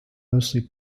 mostly